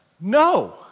No